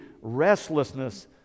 restlessness